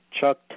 Chuck